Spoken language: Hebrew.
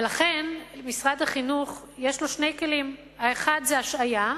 ולכן יש למשרד החינוך שני כלים: האחד זה השעיה,